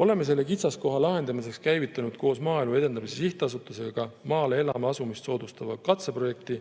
Oleme selle kitsaskoha lahendamiseks käivitanud koos Maaelu Edendamise Sihtasutusega maale elama asumist soodustava katseprojekti